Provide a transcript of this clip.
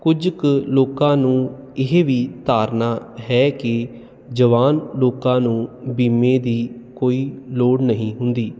ਕੁਝ ਕ ਲੋਕਾਂ ਨੂੰ ਇਹ ਵੀ ਧਾਰਨਾ ਹੈ ਕਿ ਜਵਾਨ ਲੋਕਾਂ ਨੂੰ ਬੀਮੇ ਦੀ ਕੋਈ ਲੋੜ ਨਹੀਂ ਹੁੰਦੀ